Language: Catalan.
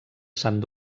sant